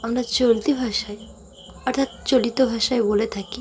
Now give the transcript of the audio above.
আমরা চলতি ভাষায় অর্থাৎ চলিত ভাষায় বলে থাকি